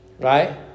right